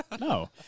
No